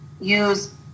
use